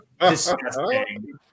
disgusting